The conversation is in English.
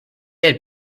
had